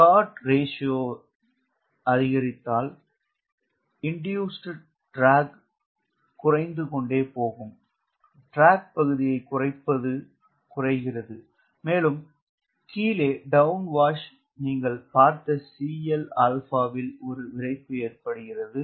விகிதம் நான் விகிதத்தை அதிகரித்தால் தூண்டப்பட்ட இழுவை பகுதி குறைந்து கொண்டே போகும் இழுவை பகுதியை குறைப்பதும் குறைகிறது மேலும் கீழே டவுன் வாஷ் ல் நீங்கள் பார்த்த 𝐶Lα இல் ஒரு விளைவு ஏற்படுகிறது